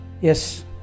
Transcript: Yes